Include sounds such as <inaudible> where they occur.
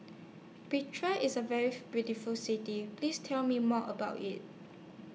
Pretoria IS A very <noise> beautiful City Please Tell Me More about IT